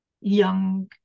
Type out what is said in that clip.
young